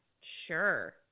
Sure